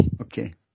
Okay